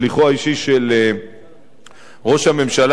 שליחו האישי של ראש הממשלה,